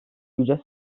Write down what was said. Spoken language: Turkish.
güce